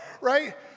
right